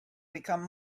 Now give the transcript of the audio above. become